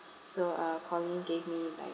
so uh collin gave me like